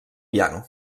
piano